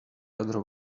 other